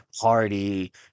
party